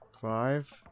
Five